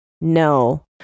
no